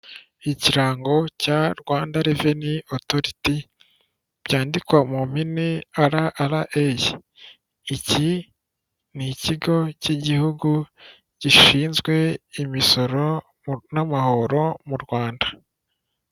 Ikirango cya Rwanda reveni otoriti, byandikwa mu mpine RRA, iki ni ikigo cy'igihugu gishinzwe imisoro n'amahoro mu Rwanda.